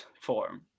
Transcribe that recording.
form